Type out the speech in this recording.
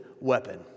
weapon